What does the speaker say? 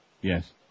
Yes